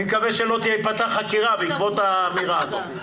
מקווה שלא תיפתח חקירה בעקבות האמירה הזאת.